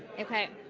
okay.